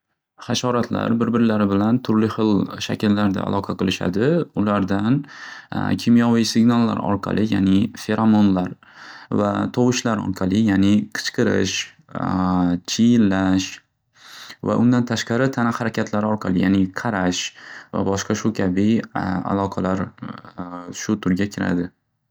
Xashoratlar bir birlari bilan turli xil shakllarda aloqa qilishadi ulardan kimyoviy signallar orqali yani feranomlar va tovushlar orqali yani qichqirish chiyillash va undan tashqari tana xarakatlari orqali yani qarash va boshqa shu kabi aloqalar shu turga kiradi.